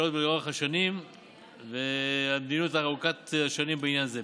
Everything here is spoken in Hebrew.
לאורך השנים והמדיניות ארוכת השנים בנושא זה.